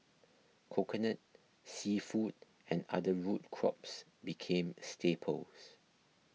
Coconut Seafood and other root crops became staples